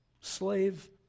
Slave